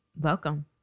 Welcome